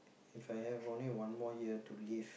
If I have only one more year to live